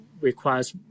requires